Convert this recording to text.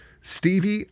Stevie